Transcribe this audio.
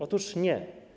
Otóż nie.